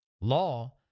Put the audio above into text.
Law